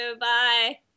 Bye